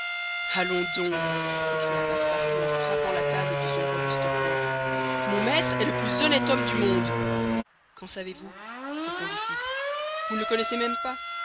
allons donc s'écria passepartout en frappant la table de son robuste poing mon maître est le plus honnête homme du monde qu'en savez-vous répondit fix vous ne le connaissez même pas